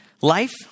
life